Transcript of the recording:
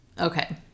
Okay